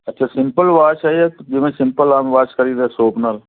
ਅੱਛਾ simple wash ਹੈ ਜਾਂ ਜਿਵੇਂ ਸਿੰਪਲ ਆਮ ਵਾਸ਼ ਕਰੀਦਾ ਸੋਪ ਨਾਲ